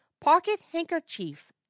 pocket-handkerchief